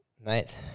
Mate